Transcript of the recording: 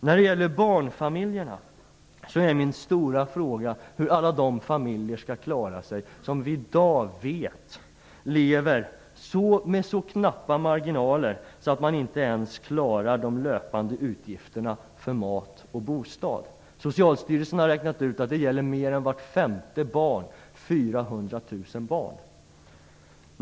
När det gäller barnfamiljerna är min stora fråga hur alla de familjer skall klara sig som vi i dag vet lever med så knappa marginaler att de inte ens klarar de löpande utgifterna för mat och bostad. Socialstyrelsen har räknat ut att det gäller mer än vart femte barn, dvs. 400 000 barn.